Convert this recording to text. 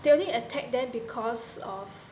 they only attack them because of